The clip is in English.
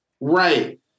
right